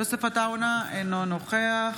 אינו נוכח